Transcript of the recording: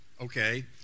Okay